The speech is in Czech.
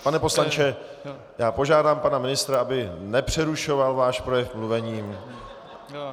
Pane poslanče, já požádám pana ministra, aby nepřerušoval váš projev mluvením.